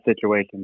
situation